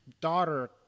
daughter